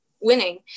winning